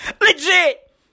Legit